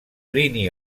plini